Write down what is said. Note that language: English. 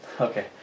Okay